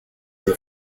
les